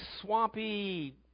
swampy